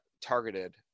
targeted